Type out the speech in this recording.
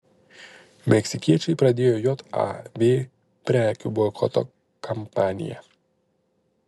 meksikiečiai pradėjo jav prekių boikoto kampaniją